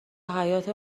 حیاطه